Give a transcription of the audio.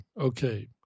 okay